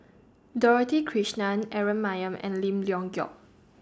Dorothy Krishnan Aaron Maniam and Lim Leong Geok